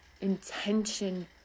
intention